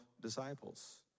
disciples